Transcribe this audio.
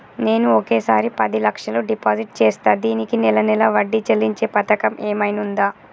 నేను ఒకేసారి పది లక్షలు డిపాజిట్ చేస్తా దీనికి నెల నెల వడ్డీ చెల్లించే పథకం ఏమైనుందా?